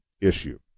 issue